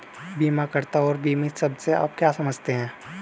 बीमाकर्ता और बीमित शब्द से आप क्या समझते हैं?